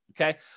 Okay